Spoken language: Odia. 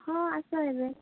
ହଁ ଆସ ଏବେ